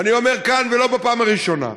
ואני אומר כאן, ולא בפעם הראשונה,